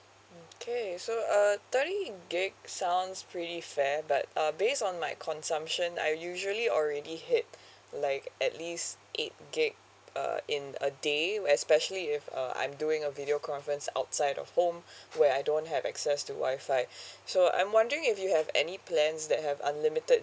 okay so uh thirty gig sounds pretty fair but uh based on my consumption I usually already hit like at least eight gig uh in a day especially if uh I'm doing a video conference outside of home where I don't have access to WIFI so I'm wondering if you have any plans that have unlimited